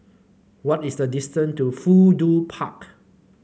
what is the distant to Fudu Park